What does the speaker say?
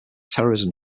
terrorism